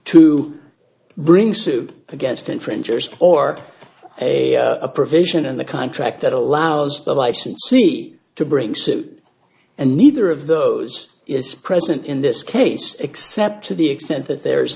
to bring suit against infringers or a provision in the contract that allows the licensee to bring suit and neither of those is present in this case except to the extent that there's